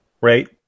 right